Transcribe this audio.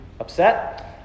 upset